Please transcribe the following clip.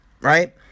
right